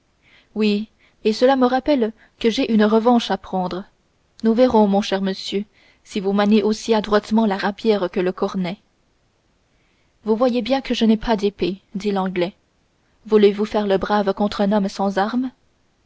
oui et cela me rappelle que j'ai une revanche à prendre nous verrons mon cher monsieur si vous maniez aussi adroitement la rapière que le cornet vous voyez bien que je n'ai pas d'épée dit l'anglais voulezvous faire le brave contre un homme sans armes